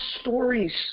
stories